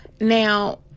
Now